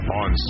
on